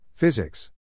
Physics